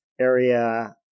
area